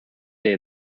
day